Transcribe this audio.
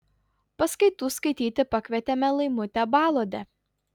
paskaitų skaityti pakvietėme laimutę baluodę